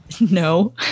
No